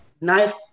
knife